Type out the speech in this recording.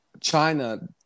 china